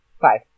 Five